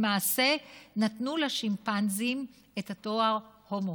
למעשה, נתנו לשימפנזים את התואר הומו,